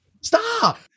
Stop